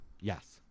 Yes